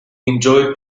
enjoy